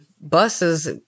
buses